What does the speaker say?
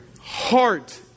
heart